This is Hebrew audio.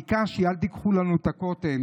ביקשתי: אל תיקחו לנו את הכותל.